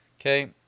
Okay